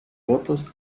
votos